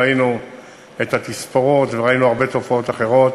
ראינו את התספורות וראינו הרבה תופעות אחרות,